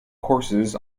courses